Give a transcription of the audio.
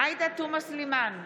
עאידה תומא סלימאן,